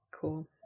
cool